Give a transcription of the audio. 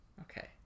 Okay